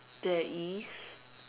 there is